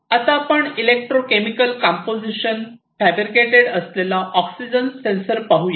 आता आपण electrochemical composition fabricated असलेला ऑक्सीजन सेन्सर पाहूया